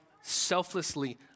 selflessly